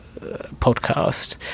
podcast